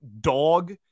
dog